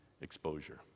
exposure